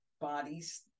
bodies